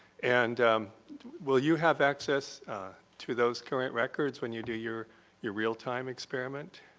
and will you have access to those current records when you do your your real time experiment?